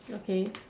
okay